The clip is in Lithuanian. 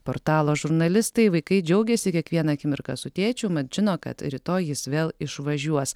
portalo žurnalistai vaikai džiaugiasi kiekviena akimirka su tėčiu mat žino kad rytoj jis vėl išvažiuos